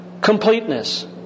completeness